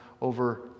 over